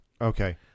Okay